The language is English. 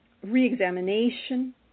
Reexamination